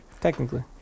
Technically